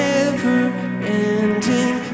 Never-ending